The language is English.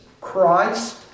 Christ